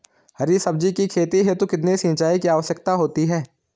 हरी सब्जी की खेती हेतु कितने सिंचाई की आवश्यकता होती है?